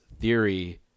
theory